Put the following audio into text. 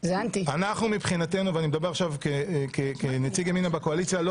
ואני מדבר כנציג ימינה בקואליציה - אנחנו